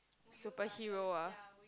superhero ah